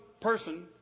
person